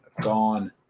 gone